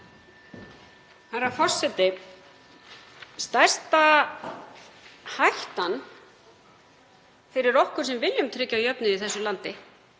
Herra forseti. Stærsta hættan fyrir okkur sem viljum tryggja jöfnuð í þessu landi